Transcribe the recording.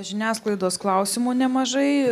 žiniasklaidos klausimų nemažai